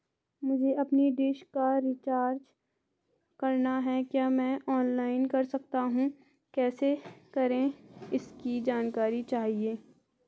मुझे अपनी डिश का रिचार्ज करना है क्या मैं ऑनलाइन कर सकता हूँ कैसे करें इसकी जानकारी चाहिए?